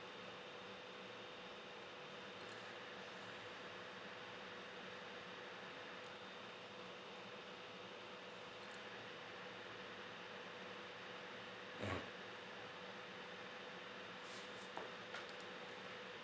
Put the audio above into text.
mmhmm